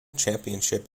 championship